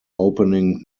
opening